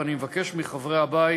ואני מבקש מחברי הבית